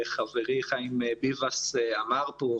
שחברי, חיים ביבס, אמר פה.